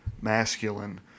masculine